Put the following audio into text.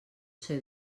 ser